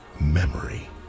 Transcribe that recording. memory